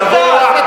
שבוע,